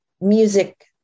music